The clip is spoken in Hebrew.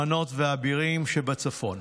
מנות ואבירים שבצפון.